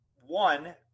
one